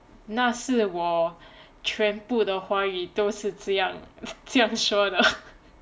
那是我全部的华语都是这样 这样说的